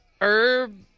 Herb